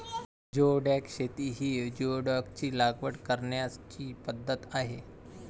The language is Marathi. जिओडॅक शेती ही जिओडॅकची लागवड करण्याची पद्धत आहे